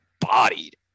bodied